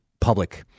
public –